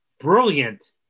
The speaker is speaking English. brilliant